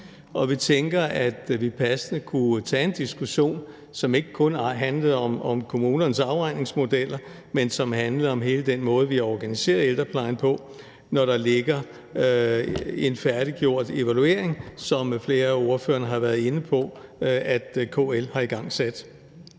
vi tænker, at vi passende kunne tage en diskussion, som ikke kun handler om kommunernes afregningsmodeller, men som handler om hele den måde, vi organiserer ældreplejen på, når der ligger en færdiggjort evaluering, som flere af ordførerne har været inde på at KL har igangsat.